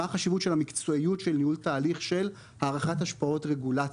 מה החשיבות של המקצועיות של ניהול תהליך של הערכת השפעות רגולציה.